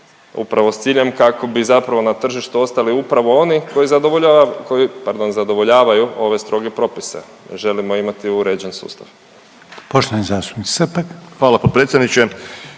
upravo s ciljem kako bi zapravo na tržištu ostali upravo oni koji pardon zadovoljavaju ove stroge propise. Želimo imati uređen sustav. **Reiner, Željko (HDZ)** Poštovani